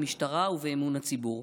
במשטרה ובאמון הציבור.